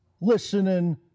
listening